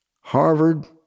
Harvard